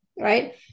Right